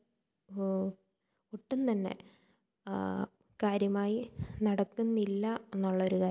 ഒട്ടും തന്നെ കാര്യമായി നടത്തുന്നില്ല എന്നുള്ളൊരു കാര്യമാണ്